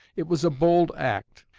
it was a bold act,